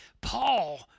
Paul